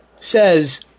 says